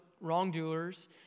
wrongdoers